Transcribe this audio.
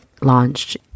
launched